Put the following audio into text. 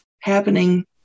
happening